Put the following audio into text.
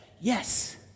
yes